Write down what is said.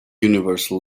universal